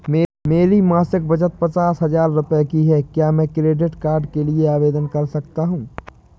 मेरी मासिक बचत पचास हजार की है क्या मैं क्रेडिट कार्ड के लिए आवेदन कर सकता हूँ?